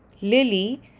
Lily